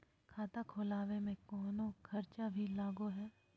खाता खोलावे में कौनो खर्चा भी लगो है?